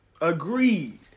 Agreed